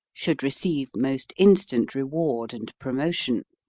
should receive most instant reward and promotion.